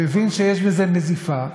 הוא הבין שיש בזה נזיפה,